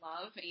love